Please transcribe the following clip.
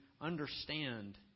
understand